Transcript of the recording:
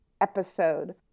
episode